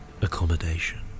accommodation